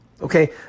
Okay